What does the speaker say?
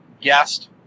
guest